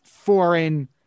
foreign